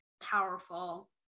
powerful